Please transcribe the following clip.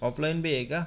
ऑफलाईनबी आहे का